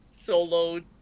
solo